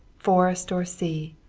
forest or sea,